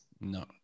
No